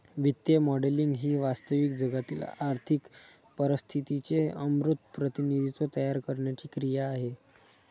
वित्तीय मॉडेलिंग ही वास्तविक जगातील आर्थिक परिस्थितीचे अमूर्त प्रतिनिधित्व तयार करण्याची क्रिया आहे